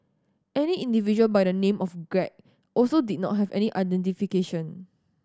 another individual by the name of Greg also did not have any identification